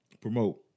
promote